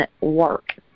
work